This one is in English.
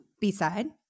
B-side